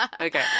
okay